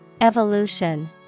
Evolution